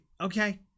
okay